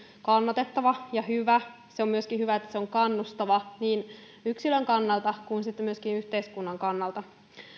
kannatettava ja hyvä se on myöskin hyvä että se on kannustava niin yksilön kuin sitten myöskin yhteiskunnan kannalta